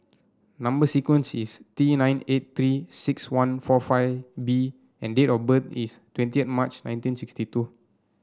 number sequence is T nine eight Three six one four five B and date of birth is twenty March nineteen sixty two